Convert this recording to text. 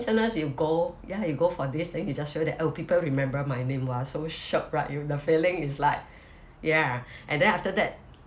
sometimes you go you go for this thing you just feel that oh people remember my name !wah! so shiok right and the feeling is like ya and then after that